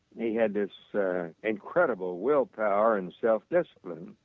he had this incredible will power and self-disciplined.